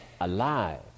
alive